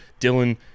Dylan